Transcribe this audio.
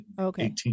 Okay